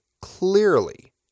Clearly